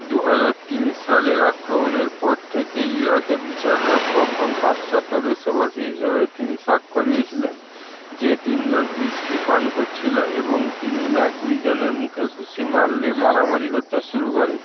দুহাজার তিন সালের আক্রমণের পর থেকে ইরাকে বিচার হওয়া প্রথম পাশ্চাত্য দেশবাসী হিসেবে তিনি সাক্ষ্য দিয়েছিলেন যে তিনজন হুইস্কি পান করছিলো এবং তিনি ম্যাকগুইগানের মুখে ঘুষি মারলে মারামারি করতে শুরু করে